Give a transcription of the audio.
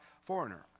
foreigner